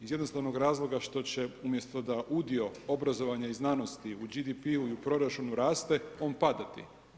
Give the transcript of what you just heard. iz jednostavnog razloga što će umjesto da udio obrazovanja i znanosti u BDP-u ili proračunu raste, on padati.